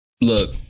look